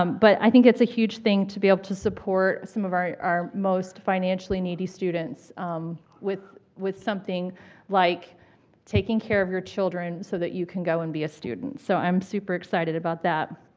um but i think it's a huge thing to be able to support some of our our most financially needy students with with something like taking care of your children so that you can go and be a student. so i'm super excited about that.